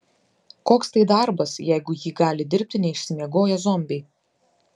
koks tai darbas jeigu jį gali dirbti neišsimiegoję zombiai